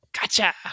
gotcha